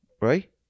Right